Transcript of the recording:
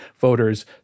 voters